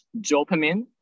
dopamine